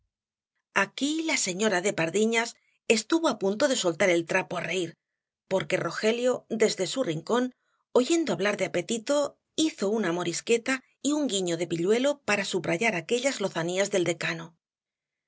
aquí la señora de pardiñas estuvo á punto de soltar el trapo á reir porque rogelio desde su rincón oyendo hablar de apetito hizo una morisqueta y un guiño de pilluelo para subrayar aquellas lozanías del decano